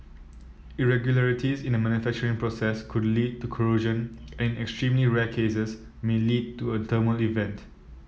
irregularities in the manufacturing process could lead to corrosion and in extremely rare cases may lead to a thermal event